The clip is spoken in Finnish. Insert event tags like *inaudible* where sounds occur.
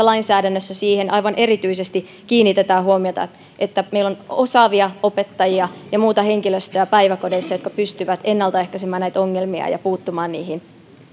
*unintelligible* lainsäädännössä kiinnitetään aivan erityisesti huomiota siihen että meillä on päiväkodeissa osaavia opettajia ja muuta henkilöstöä jotka pystyvät ennaltaehkäisemään näitä ongelmia ja puuttumaan niihin